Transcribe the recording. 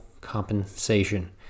compensation